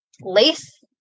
lace